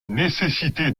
nécessité